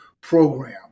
program